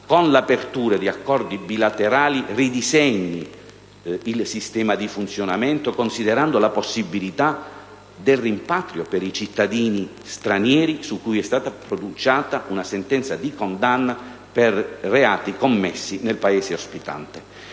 con l'apertura di accordi bilaterali si ridisegni il sistema di funzionamento considerando la possibilità del rimpatrio per i cittadini stranieri per i quali è stata pronunciata una sentenza di condanna per reati commessi nel Paese ospitante.